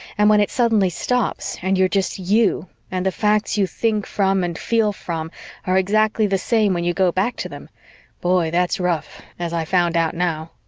and when it suddenly stops and you're just you and the facts you think from and feel from are exactly the same when you go back to them boy, that's rough, as i found out now.